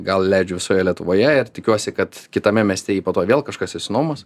gal leidžiu visoje lietuvoje ir tikiuosi kad kitame mieste po to vėl kažkas išsinuomos